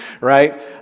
Right